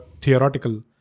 theoretical